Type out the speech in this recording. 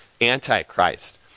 Antichrist